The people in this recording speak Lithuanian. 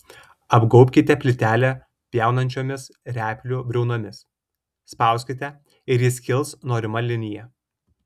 apgaubkite plytelę pjaunančiomis replių briaunomis spauskite ir ji skils norima linija